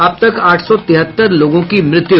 अब तक आठ सौ तिहत्तर लोगों की मृत्यु